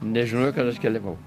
nežinojo kad aš keliavau